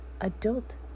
Adult